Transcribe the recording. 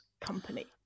Company